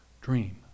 dream